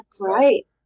right